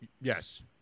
Yes